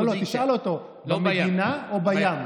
לא, לא, תשאל אותו: במדינה או בים.